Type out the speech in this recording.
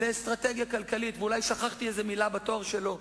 השר-על הכלכלי, מסתמן, לא רוצה לפתור את המשבר.